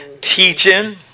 teaching